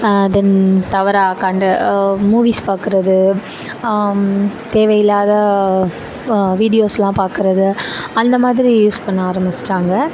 அதன் தவறா கண்ட மூவிஸ் பார்க்குறது தேவையில்லாத வீடியோஸ்லாம் பார்க்கறது அந்தமாதிரி யூஸ் பண்ண ஆரம்மிச்சுடாங்க